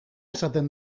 esaten